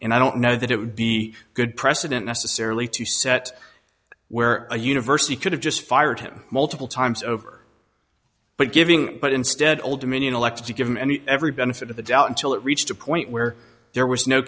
and i don't know that it would be a good precedent necessarily to set where a university could have just fired him multiple times over but giving but instead old dominion elects to give him any every benefit of the doubt until it reached a point where there was no